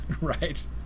right